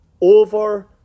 over